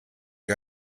ich